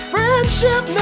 Friendship